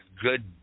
good